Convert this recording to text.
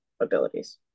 abilities